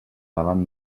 davant